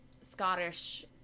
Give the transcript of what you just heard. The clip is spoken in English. Scottish